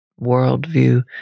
worldview